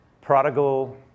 Prodigal